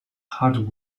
hard